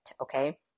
okay